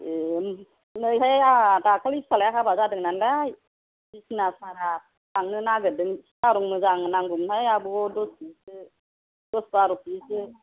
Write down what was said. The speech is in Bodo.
ए नैहाय आंहा दाखालि फिसाज्लाया हाबा जादों नालाय बिसनासारा थांनो नागिरदों साहा रं मोजां नांगौमोनहाय आब' दस केजि सो दस बार' केजि सो